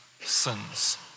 sins